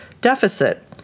deficit